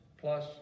Plus